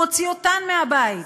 מוציא אותן מהבית,